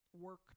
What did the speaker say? work